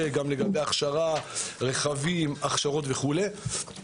גם לגבי הכשרה, רכבים וכו'.